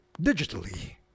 digitally